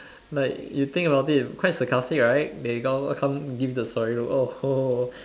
like you think about it quite sarcastic right they go come give the sorry look oh